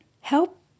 help